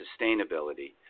sustainability